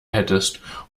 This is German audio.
hättest